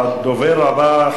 הדובר הבא,